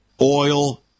oil